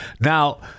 now